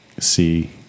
see